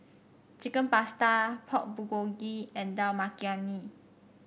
Chicken Pasta Pork Bulgogi and Dal Makhani